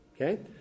Okay